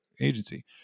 agency